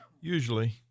Usually